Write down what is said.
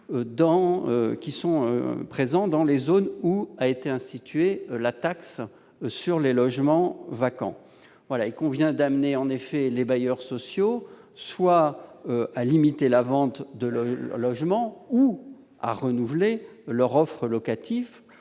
situés dans les zones où a été instituée la taxe sur les logements vacants. Il convient en effet d'amener les bailleurs sociaux soit à limiter la vente de leurs logements, soit à renouveler leur offre locative,